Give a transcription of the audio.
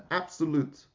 absolute